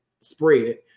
spread